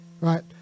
right